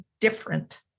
different